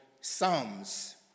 psalms